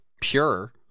pure